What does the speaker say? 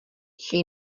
she